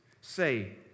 say